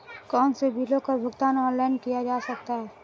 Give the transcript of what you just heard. कौनसे बिलों का भुगतान ऑनलाइन किया जा सकता है?